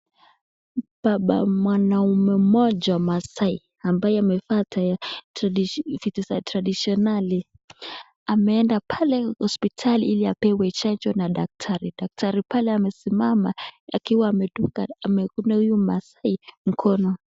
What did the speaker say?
Baba mwanaume mmoja mmaasai ambaye amevaa vitu za tradishionali . Ameenda pale hospitali ili apewe chanjo na dakatari. Daktari pale amesimama akiwa amedunga huyu maasai mkono.